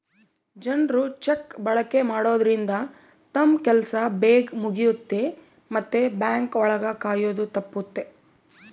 ಜನ್ರು ಚೆಕ್ ಬಳಕೆ ಮಾಡೋದ್ರಿಂದ ತಮ್ ಕೆಲ್ಸ ಬೇಗ್ ಮುಗಿಯುತ್ತೆ ಮತ್ತೆ ಬ್ಯಾಂಕ್ ಒಳಗ ಕಾಯೋದು ತಪ್ಪುತ್ತೆ